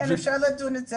אפשר לדון בזה.